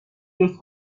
لطف